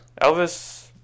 Elvis